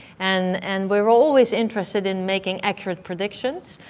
and and we're always interested in making accurate predictions,